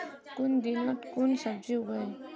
कुन दिनोत कुन सब्जी उगेई?